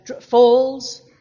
falls